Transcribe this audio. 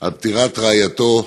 על פטירת רעייתו,